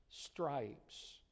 Stripes